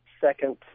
second